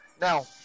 now